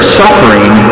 suffering